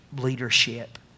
leadership